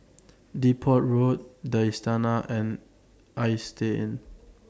Depot Road The Istana and Istay Inn